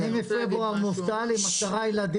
דווקא הייתי, אבל לא משנה.